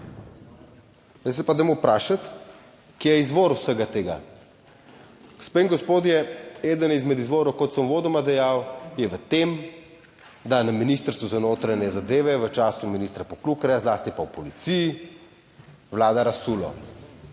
Zdaj se pa dajmo vprašati, kje je izvor vsega tega, gospe in gospodje. Eden izmed izvorov, kot sem uvodoma dejal, je v tem, da je na Ministrstvu za notranje zadeve v času ministra Poklukarja, zlasti pa v policiji, vlada razsulo